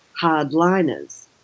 hardliners